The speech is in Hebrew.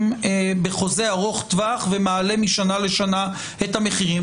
בחוזה ארוך טווח ומעלה משנה לשנה את המחירים,